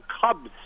Cubs